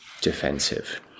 defensive